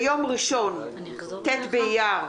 ביום ראשון, ט' באייר,